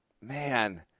Man